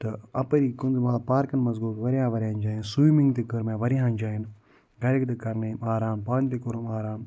تہٕ اپٲری پارکن منٛز گوٚو وارِیاہ وارِیاہن جاین سوٗیمِنٛگ تہِ کٔر مےٚ وارِیاہن جاین گرِک تہِ کر نٲیِم آرام پانہٕ تہِ کوٚرُم آرام